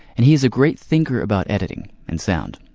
and he is a great thinker about editing and sound.